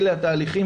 אלה התהליכים',